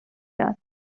داد